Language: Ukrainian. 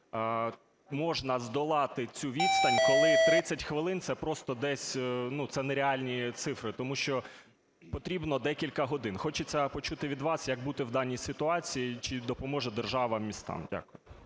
можна здолати цю відстань, коли 30 хвилин, це просто десь… це нереальні цифри, тому що потрібно декілька годин. Хочеться почути від вас, як бути в даній ситуації, чи допоможе держава містам.